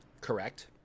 Correct